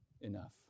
enough